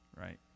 right